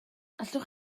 allwch